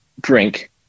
drink